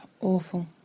awful